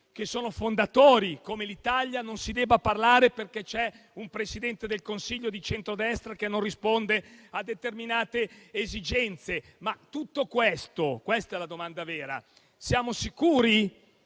Paesi fondatori come l'Italia non si debba parlare perché c'è un Presidente del Consiglio di centrodestra che non risponde a determinate esigenze. La domanda vera è se siamo sicuri